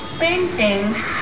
paintings